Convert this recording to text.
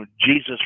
Jesus